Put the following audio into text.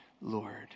Lord